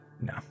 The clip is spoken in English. No